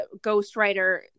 ghostwriter